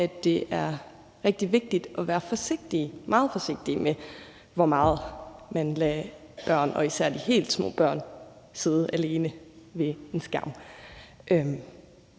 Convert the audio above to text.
at det er rigtig vigtigt at være meget forsigtig med, hvor meget man lader børn og især de helt små børn sidde alene ved en skærm.